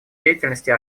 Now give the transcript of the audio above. деятельности